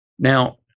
Now